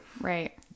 right